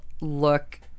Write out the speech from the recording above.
look